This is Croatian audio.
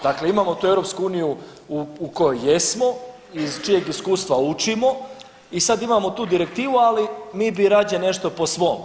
Dakle, imamo tu EU u kojoj jesmo, iz čijeg iskustva učimo i sad imamo tu direktivu, ali mi bi rađe nešto po svom.